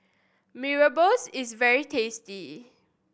Mee Rebus is very tasty